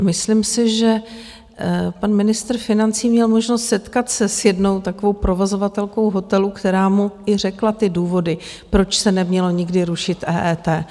Myslím si, že pan ministr financí měl možnost setkat se s jednou takovou provozovatelkou hotelu, která mu i řekla důvody, proč se nemělo nikdy rušit EET.